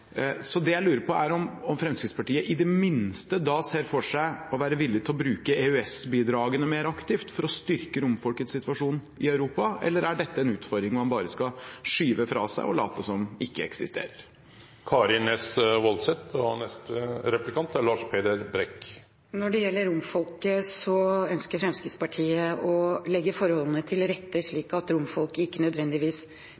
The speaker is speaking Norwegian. Det jeg lurer på, er om Fremskrittspartiet i det minste er villig til å bruke EØS-bidragene mer aktivt for å styrke romfolkets situasjon i Europa. Eller er dette en utfordring man bare skal skyve fra seg og late som ikke eksisterer? Når det gjelder romfolket, ønsker Fremskrittspartiet å legge forholdene til rette slik at romfolket ikke nødvendigvis trenger å måtte reise til